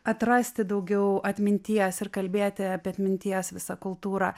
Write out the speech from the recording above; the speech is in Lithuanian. atrasti daugiau atminties ir kalbėti apie atminties visą kultūrą